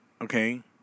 Okay